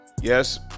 yes